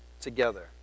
together